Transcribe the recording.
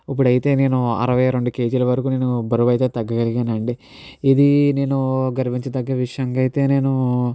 ఇప్పుడైతే నేను అరవై రెండు కేజీల వరకు నేను బరువు అయితే తగ్గ గలిగానండి ఇది నేను గర్వించదగ్గ విషయంగా అయితే నేను